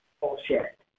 Bullshit